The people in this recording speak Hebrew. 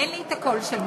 אין לי קול כמו של מיקי.